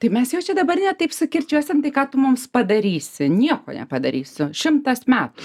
tai mes jau čia dabar ne taip sukirčiuosim tai ką tu mums padarysi nieko nepadarysiu šimtas metų